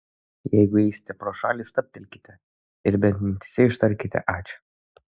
jeigu eisite pro šalį stabtelėkite ir bent mintyse ištarkite ačiū